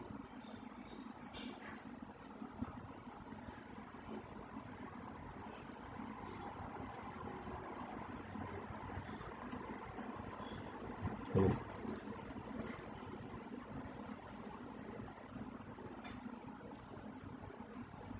oh